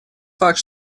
факт